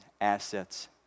assets